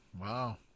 wow